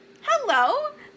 Hello